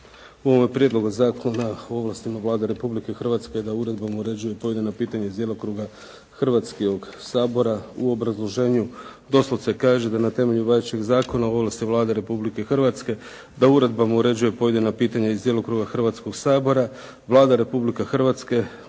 u ovome Prijedlogu zakona o ovlastima Vlade Republike Hrvatske da uredbom uređuje pojedina pitanja iz djelokruga Hrvatskog sabora. U obrazloženju doslovce kaže da na temelju važećeg Zakona o ovlasti Vlade Republike Hrvatske da uredbama uređuje pojedina pitanja iz djelokruga Hrvatskog sabora, Vlada Republike Hrvatske